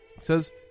says